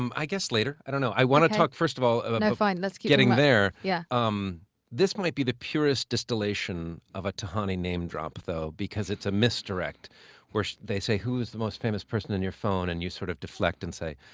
um i guess later. i don't know. i want to talk, first of all no, fine. yeah. getting there. yeah um this might be the purist distillation of a tahani name-drop, though, because it's a misdirect where they say, who is the most famous person in your phone, and you sort of deflect and say,